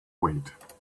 weight